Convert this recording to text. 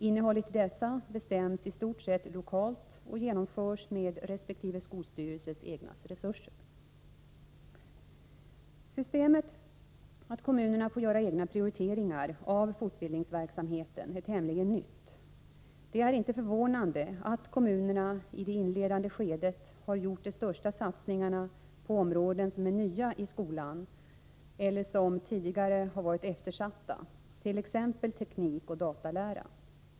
Innehållet i dessa bestäms i stort sett lokalt och genomförs med resp. skolstyrelses egna resurser. Systemet att kommunerna får göra egna prioriteringar av fortbildningsverksamheten är tämligen nytt. Det är inte förvånande att kommunerna i det inledande skedet har gjort de största satsningarna på områden som är nya i Nr 114 skolan eller som tidigare har varit eftersatta — t.ex. teknik och datalära.